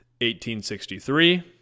1863